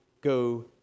go